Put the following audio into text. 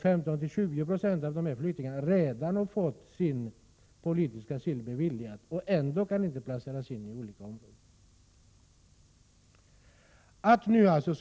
15-20 26 av flyktingarna har redan fått politisk asyl beviljad, men kan ändå inte placeras ute i kommunerna.